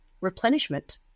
replenishment